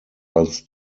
als